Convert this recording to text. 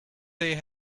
they